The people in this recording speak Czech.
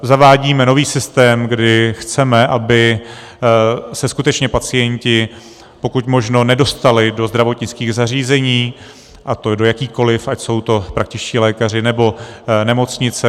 Zavádíme nový systém, kdy chceme, aby se skutečně pacienti pokud možno nedostali do zdravotnických zařízení, a to do jakýchkoliv, ať jsou to praktičtí lékaři, nebo nemocnice.